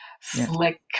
slick